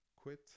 quit